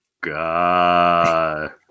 God